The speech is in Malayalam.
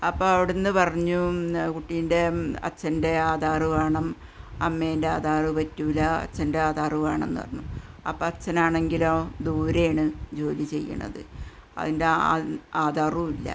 അപ്പോള് അവിടുന്ന് പറഞ്ഞു കുട്ടിയുടെ അച്ഛന്റെ ആധാര് വേണം അമ്മേന്റെ ആധാര് പറ്റൂല്ലാ അച്ഛന്റെ ആധാര് വേണമെന്ന് പറഞ്ഞു അപ്പോള് അച്ഛനാണെങ്കിലോ ദൂരെയാണ് ജോലി ചെയ്യുന്നത് അതിന്റെ ആധാറുമില്ല